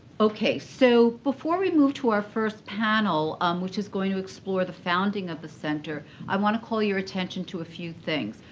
ok, so before we move to our first panel, which is going to explore the founding of the center, i want to call your attention to a few things.